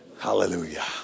Hallelujah